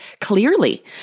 clearly